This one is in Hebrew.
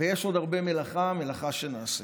ויש עוד הרבה מלאכה, מלאכה שנעשית,